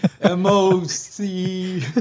M-O-C